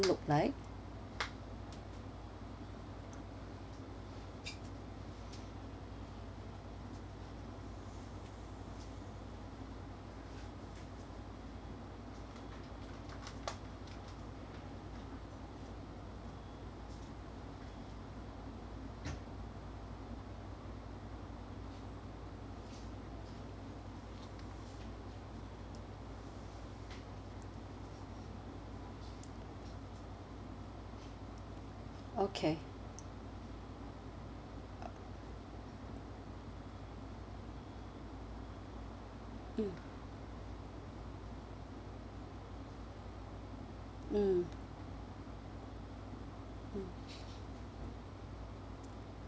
look like okay mm mm mm